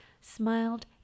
smiled